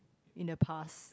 in the past